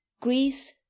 Greece